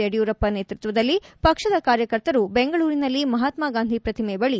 ಯಡಿಯುರಪ್ಪ ನೇತೃತ್ವದಲ್ಲಿ ಪಕ್ಷದ ಕಾರ್ಯಕರ್ತರು ಬೆಂಗಳೂರಿನಲ್ಲಿ ಮಹತ್ಯಗಾಂಧಿ ಪ್ರತಿಮೆ ಬಳಿ